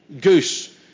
goose